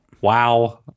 Wow